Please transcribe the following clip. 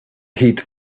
heat